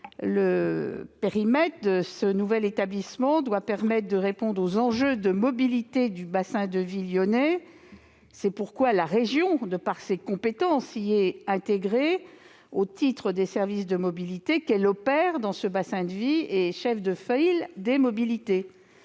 Le périmètre de ce nouvel établissement doit en effet permettre de répondre aux enjeux de mobilité du bassin de vie lyonnais. C'est pourquoi la région, du fait de ses compétences, y est intégrée au titre des services de mobilité qu'elle opère dans ce bassin et de sa qualité de chef de file des mobilités.